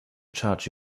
charge